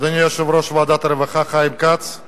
אדוני יושב-ראש ועדת הרווחה חיים כץ, אני